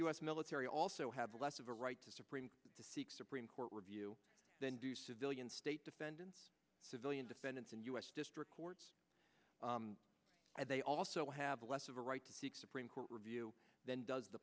s military also have less of a right to supreme to seek supreme court review than do civilian state defendants civilian defendants and u s district courts and they also have less of a right to take supreme court review than does the